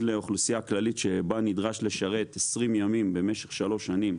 לאוכלוסיה הכללית שבה נדרש לשרת 20 ימים במשך שלוש שנים,